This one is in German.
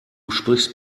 sprichst